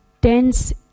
dense